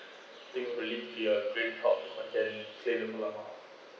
think really be a great I can claim the full amount